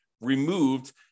removed